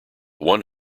one